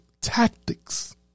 tactics